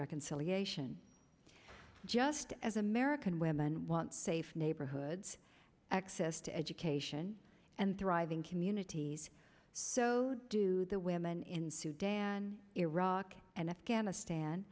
reconciliation just as american women want safe neighborhoods access to education and thriving communities so do the women in sudan iraq and afghanistan